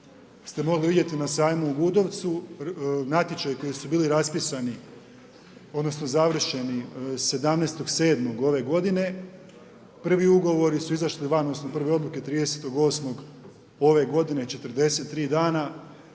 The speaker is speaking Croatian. ste mogli vidjeti na sajmu u Gudovcu, natječaji koji su bili raspisani, odnosno završeni 17.07. ove godine, prvi ugovori su izašli van, odnosno prve odluke 30.08. ove godine, 43 dana,